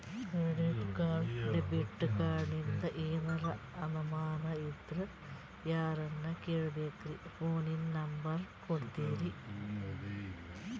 Credit card, debit ಕಾರ್ಡಿಂದ ಏನರ ಅನಮಾನ ಇದ್ರ ಯಾರನ್ ಕೇಳಬೇಕ್ರೀ, ಫೋನಿನ ನಂಬರ ಏನರ ಕೊಡ್ತೀರಿ?